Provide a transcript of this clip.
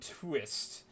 twist